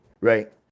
right